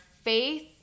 Faith